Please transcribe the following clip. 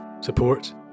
support